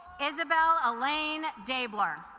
isabel alain de blur